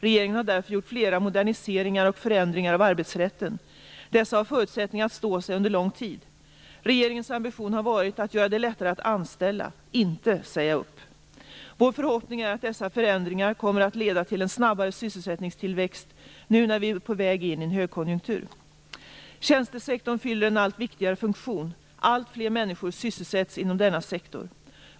Regeringen har därför gjort flera moderniseringar och förändringar av arbetsrätten. Dessa har förutsättningar att stå sig under lång tid. Regeringens ambition har varit att göra det lättare att anställa, inte att säga upp. Vår förhoppning är att dessa förändringar kommer att leda till en snabbare sysselsättningstillväxt nu när vi är på väg in i en högkonjunktur. Tjänstesektorn fyller en allt viktigare funktion. Alltfler människor sysselsätts inom denna sektor.